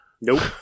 Nope